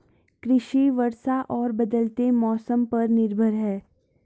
कृषि वर्षा और बदलते मौसम पर निर्भर है